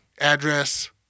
Address